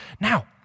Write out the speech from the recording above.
Now